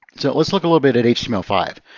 so let's look a little bit at h t m l five.